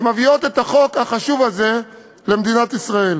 שמביאות את החוק החשוב הזה למדינת ישראל.